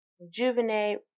rejuvenate